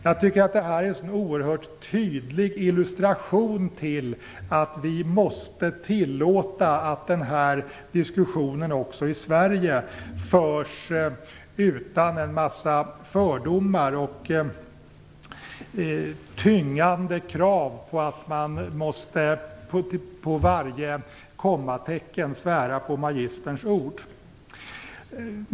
Jag tycker att det är en oerhört tydlig illustration till att vi måste tillåta att denna diskussion också i Sverige förs utan en massa fördomar och tyngande krav på att man på varje kommatecken måste svära på magisterns ord.